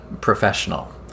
professional